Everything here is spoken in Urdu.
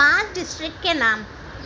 پانچ ڈسٹرکٹ کے نام